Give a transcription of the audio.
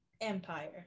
empire